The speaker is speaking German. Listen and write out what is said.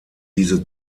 diese